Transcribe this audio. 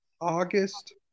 August